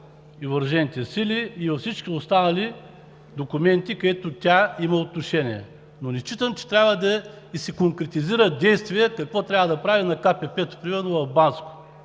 и въоръжените сили и във всички останали документи, където тя има отношение. Но не считам, че трябва да ѝ се конкретизират действия какво трябва да прави на КПП-то примерно в Банско